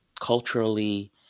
culturally